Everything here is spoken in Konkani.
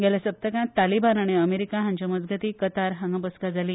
गेल्ल्या सप्तकांत तालिबान आनी अमेरीका हांच्या मजगती कतार हांगा बसका जाली